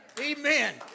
Amen